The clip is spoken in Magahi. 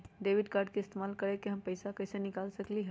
डेबिट कार्ड के इस्तेमाल करके हम पैईसा कईसे निकाल सकलि ह?